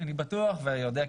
אני בטוח ויודע,